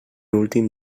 últim